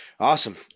Awesome